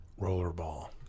Rollerball